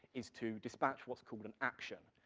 is to dispatch what's called an action,